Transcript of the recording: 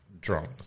drunk